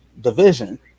division